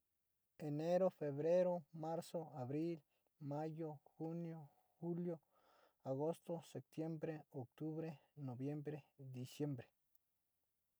Enero, febrero, marzo, abril, mayo, junio, julio, agosto, septiembre, octubre, noviembre y diciembre.